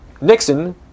Nixon